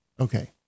Okay